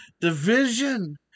division